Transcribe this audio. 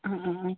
ആ ആ ആ